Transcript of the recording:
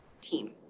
team